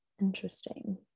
Interesting